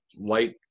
light